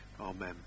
Amen